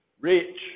rich